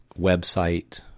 website